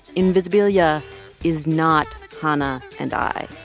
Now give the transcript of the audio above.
invisibilia is not hanna and i.